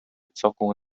cokół